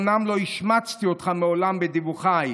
אומנם לא השמצתי אותך מעולם בדיווחיי,